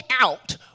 out